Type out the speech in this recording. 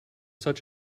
such